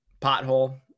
Pothole